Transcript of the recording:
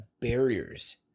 barriers